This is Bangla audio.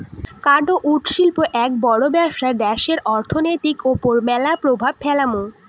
কাঠ বা উড শিল্প এক বড় ব্যবসা দ্যাশের অর্থনীতির ওপর ম্যালা প্রভাব ফেলামু